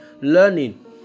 learning